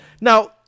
Now